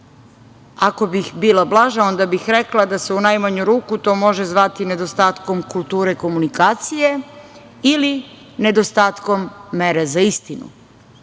Ako bih bila blaža, onda bih rekla da se u najmanju ruku to može zvati nedostatkom kulture komunikacije ili nedostatkom mere za istinom. Da